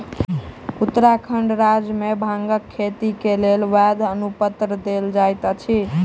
उत्तराखंड राज्य मे भांगक खेती के लेल वैध अनुपत्र देल जाइत अछि